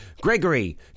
Gregory